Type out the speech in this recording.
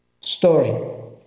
story